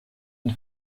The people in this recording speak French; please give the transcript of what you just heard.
une